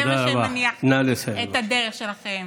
זה מה שמניע את הדרך שלכם.